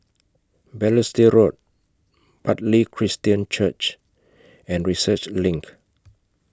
Balestier Road Bartley Christian Church and Research LINK